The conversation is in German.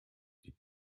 die